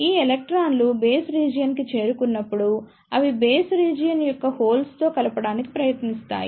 ఈ ఎలక్ట్రాన్లు base region కి చేరుకున్నప్పుడు అవి బేస్ రీజియన్ యొక్క హోల్స్ తో కలపడానికి ప్రయత్నిస్తాయి